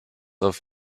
auf